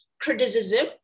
criticism